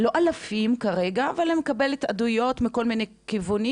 לא אלפים כרגע אבל אני מקבלת עדויות מכל מיני כיוונים,